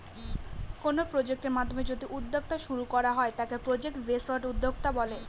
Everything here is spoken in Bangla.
কোনো প্রজেক্টের মাধ্যমে যদি উদ্যোক্তা শুরু করা হয় তাকে প্রজেক্ট বেসড উদ্যোক্তা বলে